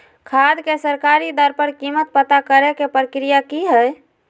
खाद के सरकारी दर पर कीमत पता करे के प्रक्रिया की हय?